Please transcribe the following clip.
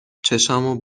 چشامو